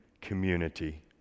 Community